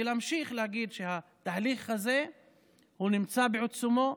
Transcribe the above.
ולהמשיך להגיד שהתהליך הזה נמצא בעיצומו.